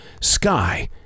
sky